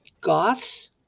Goths